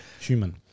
Human